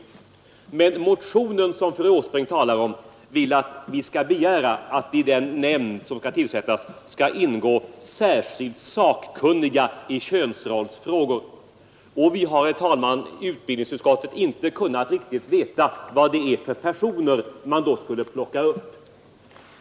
I den motion som fru Åsbrink talar om yrkas att vi skall begära att det i den nämnd som skall tillsättas skall ingå särskilt sakkunniga i könsrollsfrågor. Vi har i utbildningsutskottet inte riktigt kunnat veta vad det är för personer man då skulle plocka upp.